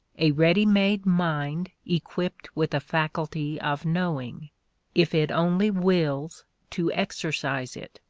a ready-made mind equipped with a faculty of knowing if it only wills to exercise it,